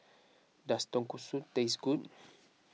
does Tonkatsu taste good